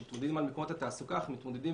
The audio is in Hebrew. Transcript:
כשמתמודדים